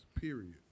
Period